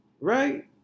right